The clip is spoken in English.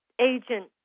agent